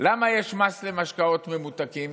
למה יש מס למשקאות ממותקים?